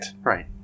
Right